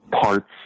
parts